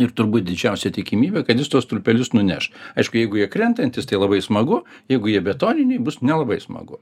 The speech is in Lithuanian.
ir turbūt didžiausia tikimybė kad jis tuos stulpelius nuneš aišku jeigu jie krentantys tai labai smagu jeigu jie betoniniai bus nelabai smagu